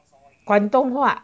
广东话